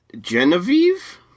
Genevieve